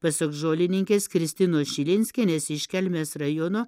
pasak žolininkės kristinos širinskienės iš kelmės rajono